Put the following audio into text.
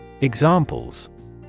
Examples